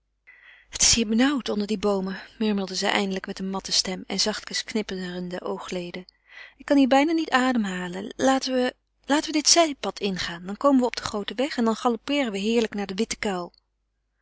het is hier benauwd onder de boomen murmelde zij eindelijk met eene matte stem en zachtkens knippende oogleden ik kan hier bijna niet adem halen laten we laten we dit zijpad ingaan dan komen we op den grooten weg en dan galoppeeren we heerlijk naar den witten kuil